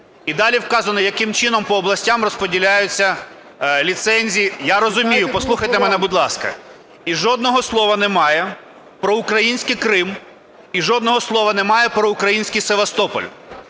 і далі вказано, яким чином по областях розподіляються ліцензії. Я розумію, послухайте мене, будь ласка. І жодного слова немає про український Крим, і жодного слова немає про український Севастополь.